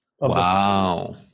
Wow